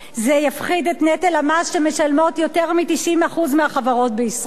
זה יפחית את נטל המס שמשלמים יותר מ-90% מהחברות בישראל.